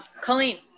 Colleen